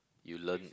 you learn